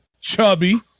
chubby